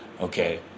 Okay